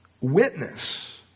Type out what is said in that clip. witness